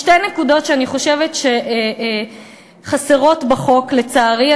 יש שתי נקודות שאני חושבת שחסרות בחוק, לצערי.